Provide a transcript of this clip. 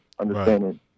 understanding